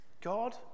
God